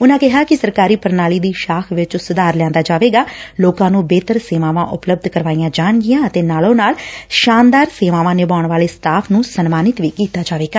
ਉਨਾਂ ਕਿਹਾ ਕਿ ਸਰਕਾਰੀ ਪ੍ਰਣਾਲੀ ਦੀ ਸ਼ਾਖ਼ ਵਿੱਚ ਸੁਧਾਰ ਲਿਆਂਦਾ ਜਾਵੇਗਾ ਤੇ ਲੋਕਾਂ ਨੂੰ ਬਿਹਤਰ ਸੇਵਾਵਾਂ ਉਪਲਬੱਧ ਕਰਵਾਈਆ ਜਾਣਗੀਆ ਅਤੇ ਸ਼ਾਨਦਾਰ ਸੇਵਾਵਾ ਨਿਭਾਉਣ ਵਾਲੇ ਸਟਾਫ ਨੁੰ ਸਨਮਾਨਿਤ ਵੀ ਕੀਤਾ ਜਾਵੇਗਾ